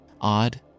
Odd